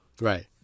Right